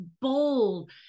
bold